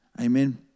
Amen